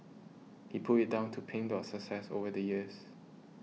he put it down to Pink Dot's success over the years